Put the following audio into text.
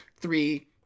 three